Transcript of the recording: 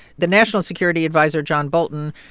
the national security adviser, john bolton,